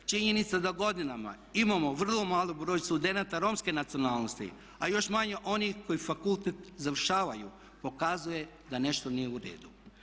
Činjenica da godinama imamo vrlo mali broj studenata Romske nacionalnosti a još manje onih koji fakultet završavaju pokazuje da nešto nije u redu.